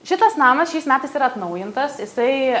šitas namas šiais metais yra atnaujintas jisai